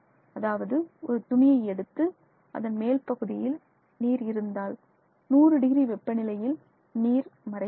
அதாவது ஒரு துணியை எடுத்து அதன் மேல் பகுதியில் நீர் இருந்தால் 100 டிகிரி வெப்ப நிலையில் நீர் மறைந்துவிடும்